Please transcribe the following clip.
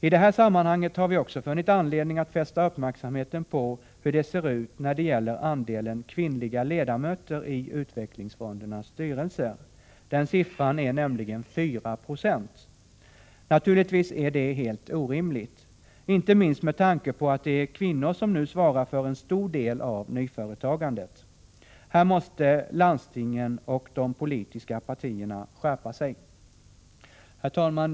I det här sammanhanget har vi också funnit anledning att fästa uppmärksamheten på hur det ser ut när det gäller andelen kvinnliga ledamöter i utvecklingsfondernas styrelser. Den andelen är nämligen 4 96. Naturligtvis är det här helt orimligt, inte minst med tanke på att det är kvinnor som nu svarar för en stor del av nyföretagandet. Här måste landstingen och de politiska partierna skärpa sig. Herr talman!